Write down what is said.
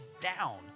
down